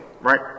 right